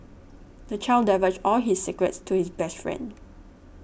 the child divulged all his secrets to his best friend